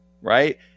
right